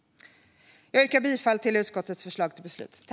Jag yrkar bifall till utskottets förslag till beslut.